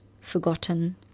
forgotten